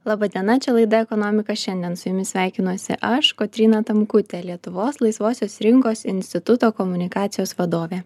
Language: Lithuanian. laba diena čia laida ekonomika šiandien su jumis sveikinuosi aš kotryna tamkutė lietuvos laisvosios rinkos instituto komunikacijos vadovė